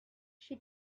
she